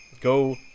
go